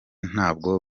ntabwo